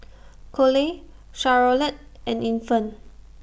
Coley Charolette and Infant